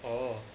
oh